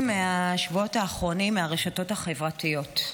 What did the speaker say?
מהשבועות האחרונים מהרשתות החברתיות,